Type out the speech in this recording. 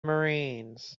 marines